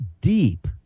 deep